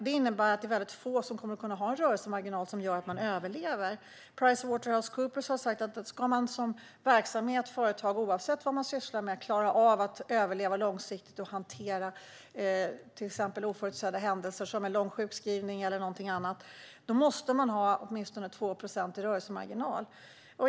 Det innebär att det är väldigt få som kommer att kunna ha en rörelsemarginal som gör att de överlever. Pricewaterhousecoopers säger att om en verksamhet eller ett företag, oavsett vad man sysslar med, ska klara av att överleva långsiktigt och hantera till exempel oförutsedda händelser, såsom en lång sjukskrivning eller någonting annat, måste man ha åtminstone 2 procent i rörelsemarginal.